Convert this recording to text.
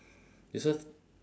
because